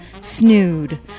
Snood